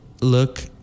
look